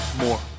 more